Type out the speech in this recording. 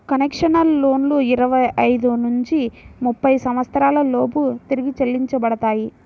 concessional లోన్లు ఇరవై ఐదు నుంచి ముప్పై సంవత్సరాల లోపు తిరిగి చెల్లించబడతాయి